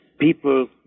People